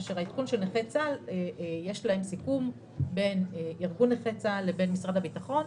כאשר להם יש סיכום בין ארגון נכי צה"ל לבין משרד הביטחון,